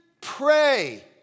pray